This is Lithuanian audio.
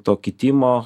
to kitimo